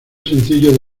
sencillo